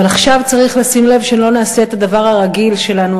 אבל עכשיו צריך לשים לב שלא נעשה את הדבר הרגיל שלנו,